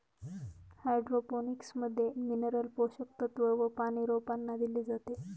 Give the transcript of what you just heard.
hydroponics मध्ये mineral पोषक तत्व व पानी रोपांना दिले जाते